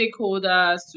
stakeholders